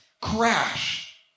crash